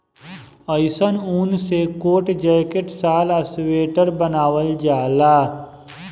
अइसन ऊन से कोट, जैकेट, शाल आ स्वेटर बनावल जाला